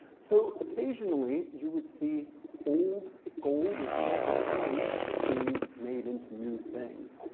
so, occasionally, you would see old gold or silver coins being made into new things.